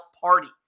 party